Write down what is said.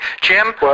Jim